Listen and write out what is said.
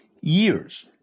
years